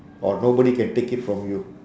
or nobody can take it from you